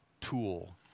tool